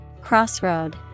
Crossroad